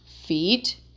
Feet